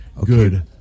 good –